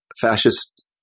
fascist